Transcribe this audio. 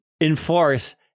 enforce